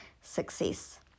success